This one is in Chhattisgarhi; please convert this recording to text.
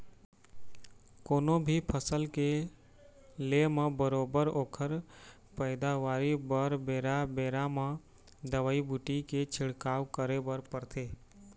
कोनो भी फसल के ले म बरोबर ओखर पइदावारी बर बेरा बेरा म दवई बूटी के छिड़काव करे बर परथे